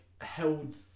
held